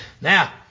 Now